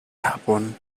japón